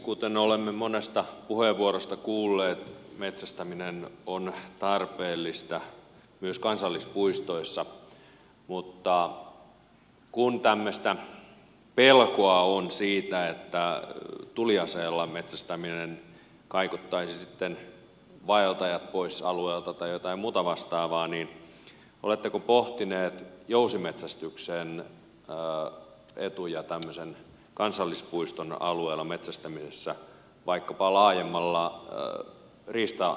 kuten olemme monesta puheenvuorosta kuulleet metsästäminen on tarpeellista myös kansallispuistoissa mutta kun tämmöistä pelkoa on siitä että tuliaseella metsästäminen kaikottaisi vaeltajat pois alueelta tai jotain muuta vastaavaa niin oletteko pohtineet jousimetsästyksen etuja tämmöisen kansallispuiston alueella metsästämisessä vaikkapa laajemmalla riistavalikoimallakin